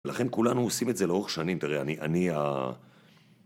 ולכן כולנו עושים את זה לאורך שנים, תראה, אני...